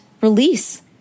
release